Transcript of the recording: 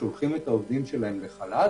שולחים את העובדים שלהם לחל"ת